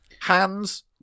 Hands